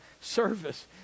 service